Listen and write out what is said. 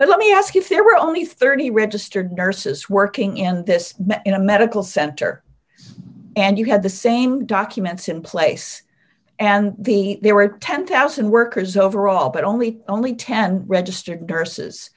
but let me ask if there were only thirty registered nurses working in this in a medical center and you had the same documents in place and the there were ten thousand workers overall but only only ten registered nurses